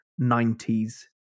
90s